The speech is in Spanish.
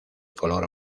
color